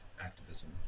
activism